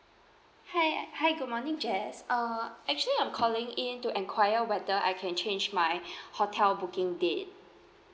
hi hi good morning jess uh actually I'm calling in to enquire whether I can change my hotel booking date